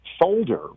folder